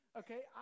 okay